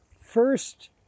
first